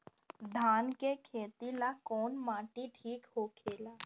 धान के खेती ला कौन माटी ठीक होखेला?